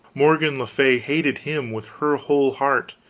morgan le fay hated him with her whole heart,